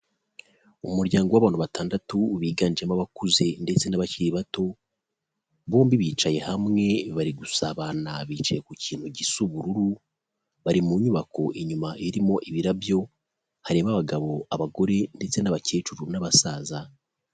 umuryango w'abantu batandatu biganjemo abakuze ndetse n'abakiri bato, bombi bicaye hamwe bari gusabana bicaye ku kintu gisa ubururu, bari mu nyubako inyuma irimo ibirabyo, harimo abagabo abagore ndetse n'abakecuru n'abasaza.